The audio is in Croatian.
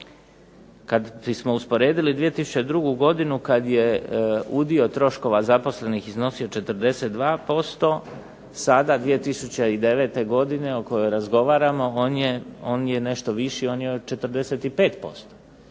Kad bismo usporedili 2002. godinu kad je udio troškova zaposlenih iznosio 42%, sada 2009. godine o kojoj razgovaramo on je nešto viši, on je od 45%.